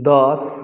दस